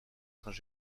saint